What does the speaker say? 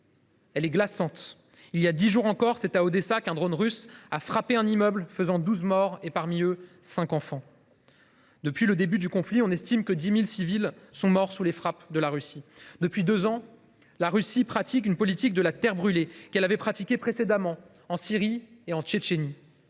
longue et glaçante. Il y a dix jours encore, un drone russe a frappé un immeuble à Odessa, faisant douze morts, dont cinq enfants. Depuis le début du conflit, on estime que 10 000 civils sont morts sous les frappes de la Russie. Depuis deux ans, la Russie pratique une politique de la terre brûlée, qu’elle avait mise en œuvre précédemment en Syrie et en Tchétchénie.